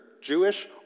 Jewish